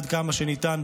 עד כמה שניתן,